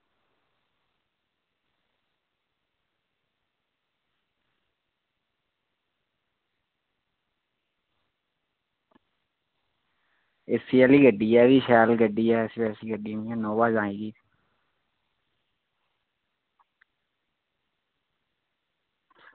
AC आह्ली गड्डी ऐ शैल गड्डी ऐ ऐसी वैसी गड्डी निं ऐ इनोवा जाए गी